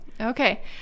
okay